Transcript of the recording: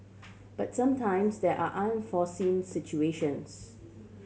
but sometimes there are unforeseen situations